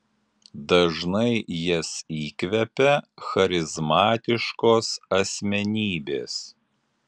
dažnai jas įkvepia charizmatiškos asmenybės